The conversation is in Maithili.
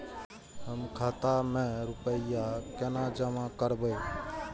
हम खाता में रूपया केना जमा करबे?